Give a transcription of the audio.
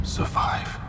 survive